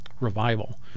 revival